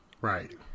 Right